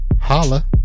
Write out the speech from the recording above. Holla